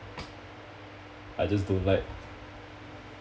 I just don't like